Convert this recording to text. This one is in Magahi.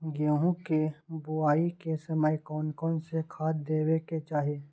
गेंहू के बोआई के समय कौन कौन से खाद देवे के चाही?